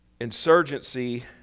insurgency